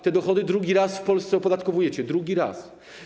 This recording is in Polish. Te dochody drugi raz w Polsce opodatkowujecie, drugi raz.